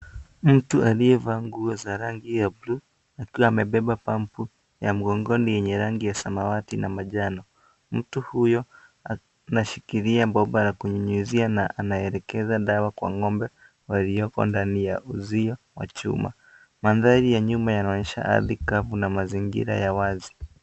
Mtu aliyevaa nguo za rangi ya bluu, akiwa amebeba pampu ya mgongoni yenye rangi ya samawati na manjano. Mtu huyo ameshikilia bomba la kunyunyizia na anaelekeza dawa kwa ng'ombe walioko ndani ya uzio wa chuma. Mandhari ya nyuma yanaonyesha ardhi kavu na mazingira ya wazi.